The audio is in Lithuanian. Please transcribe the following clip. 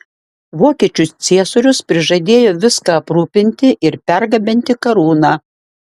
vokiečių ciesorius prižadėjo viską aprūpinti ir pergabenti karūną